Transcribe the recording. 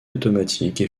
automatique